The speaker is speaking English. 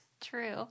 True